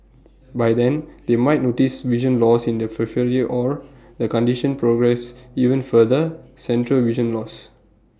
by then they might notice vision loss in the periphery or the condition progresses even further central vision loss